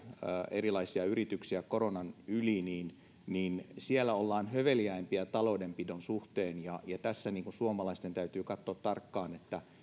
erilaisia yrityksiä koronan yli niin niin siellä ollaan höveliäämpiä taloudenpidon suhteen ja ja tässä suomalaisten täytyy katsoa tarkkaan että